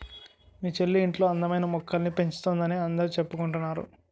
మీ చెల్లి ఇంట్లో అందమైన మొక్కల్ని పెంచుతోందని అందరూ చెప్పుకుంటున్నారు